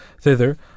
thither